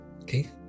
Okay